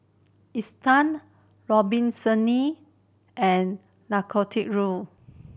Isetan and Nicorette